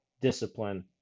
discipline